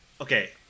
Okay